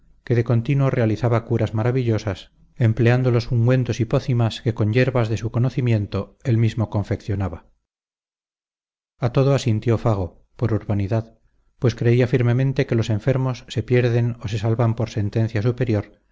que de continuo realizaba curas maravillosas empleando los ungüentos y pócimas que con yerbas de su conocimiento él mismo confeccionaba a todo asintió fago por urbanidad pues creía firmemente que los enfermos se pierden o se salvan por sentencia superior